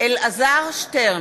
אלעזר שטרן,